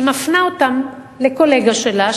היא מפנה אותם לקולגה שלה,